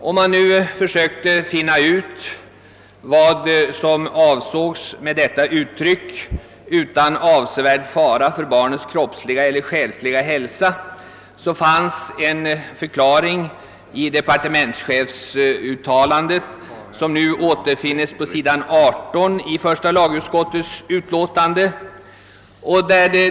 Vad beträffar innebörden av uttrycket »utan avsevärd fara för barnets kroppsliga eller själsliga hälsa» fanns en förklaring i departementschefens uttalande, vilket återfinns på s. 18 i första lagutskottets utlåtande.